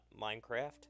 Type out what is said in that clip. minecraft